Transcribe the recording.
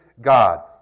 God